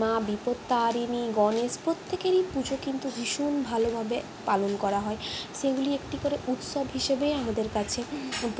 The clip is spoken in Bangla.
মা বিপত্তারিণী গনেশ প্রত্যেকেরই পুজো কিন্তু ভীষণ ভালোভাবে পালন করা হয় সেগুলি একটি করে উৎসব হিসেবেই আমাদের কাছে